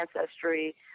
ancestry